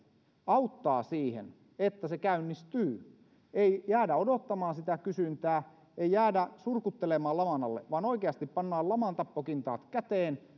auttaa siihen että se käynnistyy ei jäädä odottamaan sitä kysyntää ei jäädä surkuttelemaan laman alle vaan oikeasti pannaan lamantappokintaat käteen